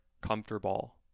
comfortable